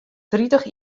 tritich